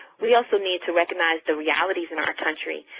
we also need to recognize the realities in our country,